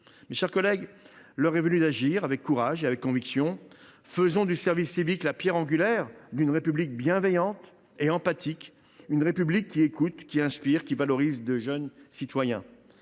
Mes chers collègues, l’heure est venue d’agir avec courage et conviction. Faisons du service civique la pierre angulaire d’une République bienveillante et empathique, une République qui écoute, qui inspire et qui valorise de jeunes citoyens.